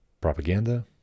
Propaganda